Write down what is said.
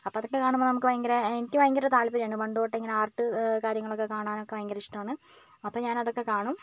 അപ്പോൾ അതൊക്കെ കാണുമ്പോൾ നമുക്ക് ഭയങ്കര എനിക്ക് ഭയങ്കര താല്പര്യമാണ് പണ്ടുതൊട്ടേ ആർട്ട് കാര്യങ്ങളൊക്കെ കാണാനൊക്കെ ഭയങ്കര ഇഷ്ടമാണ് അപ്പോൾ ഞാനതൊക്കെ കാണും